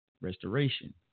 Restoration